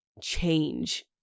change